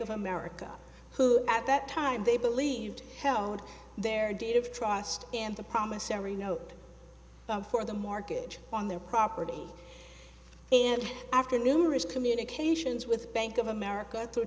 of america who at that time they believed held their date of trust and the promissary note for the mortgage on their property and after numerous communications with bank of america t